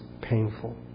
painful